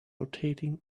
rotating